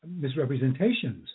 misrepresentations